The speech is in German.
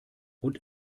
und